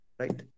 right